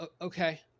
okay